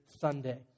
Sunday